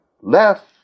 left